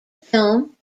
film